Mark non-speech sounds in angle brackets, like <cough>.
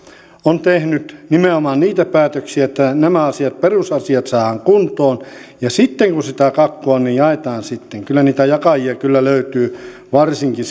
on tehnyt nimenomaan niitä päätöksiä että nämä perusasiat saadaan kuntoon ja sitten kun sitä kakkua on niin jaetaan sitten niitä jakajia kyllä löytyy varsinkin <unintelligible>